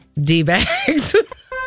D-Bags